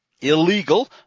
illegal